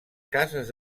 cases